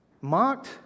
mocked